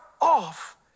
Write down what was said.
off